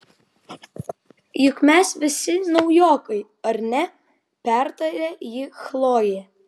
juk mes visi naujokai ar ne pertarė jį chlojė